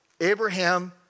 Abraham